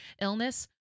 illness